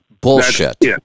Bullshit